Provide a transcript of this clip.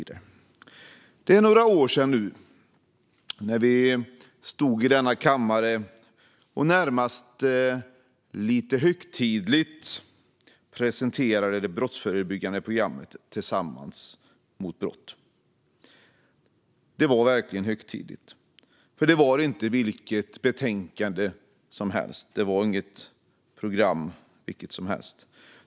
Det är några år sedan vi presenterade det brottsförebyggande programmet Tillsammans mot brott. Det var högtidligt, för det var inte vilket betänkande och program som helst.